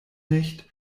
nicht